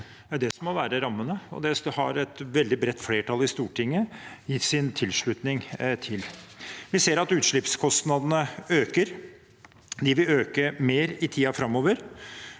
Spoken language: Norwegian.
Det er det som må være rammene, og det har et veldig bredt flertall i Stortinget gitt sin tilslutning til. Vi ser at utslippskostnadene øker. De vil øke mer i tiden framover,